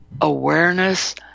awareness